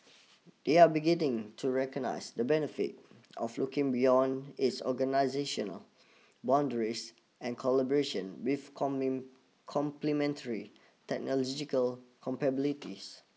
they are beginning to recognize the benefits of looking beyond its organizational boundaries and collaboration with coming complementary technological capabilities